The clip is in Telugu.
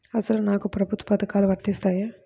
అసలు నాకు ప్రభుత్వ పథకాలు వర్తిస్తాయా?